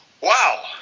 Wow